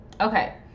okay